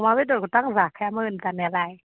अमा बेदरखोथ' आं जाखायामोन जानायालाय